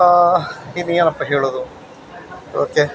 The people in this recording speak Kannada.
ಇನ್ನೂ ಏನಪ್ಪಾ ಹೇಳೋದು ಓಕೆ